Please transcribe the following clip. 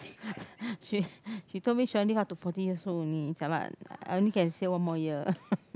she she told me she want to live up to forty years old only jialat I only can see her one more year